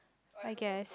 I guess